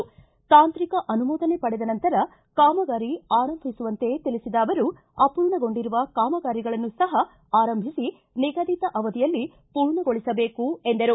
ತಾಂತ್ರಿಕ ಅನುಮೋದನೆ ಪಡೆದ ನಂತರ ಕಾಮಗಾರಿ ಆರಂಭಿಸುವಂತೆ ತಿಳಿಸಿದ ಅವರು ಅಪೂರ್ಣಗೊಂಡಿರುವ ಕಾಮಗಾರಿಗಳನ್ನು ಸಹ ಆರಂಭಿಸಿ ನಿಗದಿತ ಅವಧಿಯಲ್ಲಿ ಪೂರ್ಣಗೊಳಿಸಬೇಕು ಎಂದರು